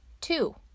Two